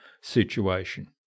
situation